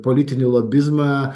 politinį lobizmą